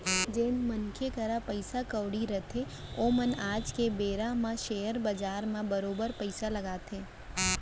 जेन मनखे करा पइसा कउड़ी रहिथे ओमन आज के बेरा म सेयर बजार म बरोबर पइसा लगाथे